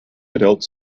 adults